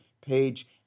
page